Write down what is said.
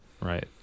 right